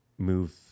move